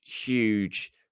huge